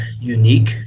unique